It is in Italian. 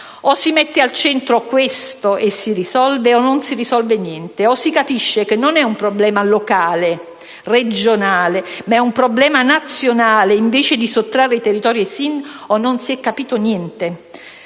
O si mette al centro questo e si risolve o non si è risolve niente. O si capisce che non è un problema locale, regionale, ma un problema nazionale (invece di sottrarre i territori ai SIN) o non si è capito niente.